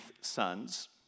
sons